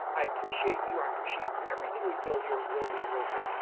i appreciate you, i appreciate everything we build here at real men real style.